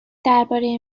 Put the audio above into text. درباره